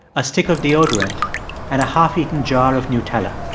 a stick of deodorant and a half-eaten jar of nutella.